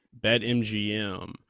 BetMGM